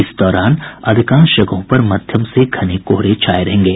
इस दौरान अधिकांश जगहों पर मध्यम से घने कोहरे छाये रहेंगे